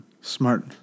smart